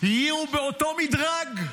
יהיו באותו מדרג.